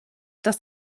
dass